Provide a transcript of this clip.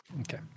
okay